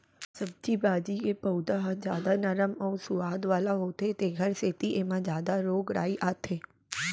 सब्जी भाजी के पउधा ह जादा नरम अउ सुवाद वाला होथे तेखर सेती एमा जादा रोग राई आथे